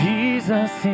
Jesus